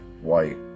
white